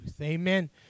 Amen